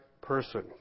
person